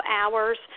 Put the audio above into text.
hours